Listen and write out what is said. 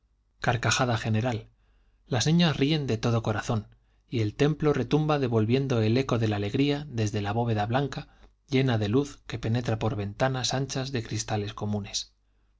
carcajada general las niñas ríen de todo corazón y el templo retumba devolviendo el eco de la alegría desde la bóveda blanca llena de luz que penetra por ventanas anchas de cristales comunes